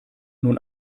nun